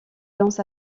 danse